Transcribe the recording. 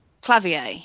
Clavier